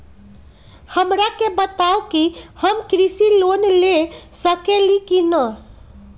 हमरा के बताव कि हम कृषि लोन ले सकेली की न?